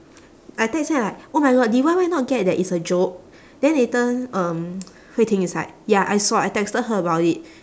I text say like oh my god did Y_Y not get that it's a joke then later um hui ting is like ya I saw I texted her about it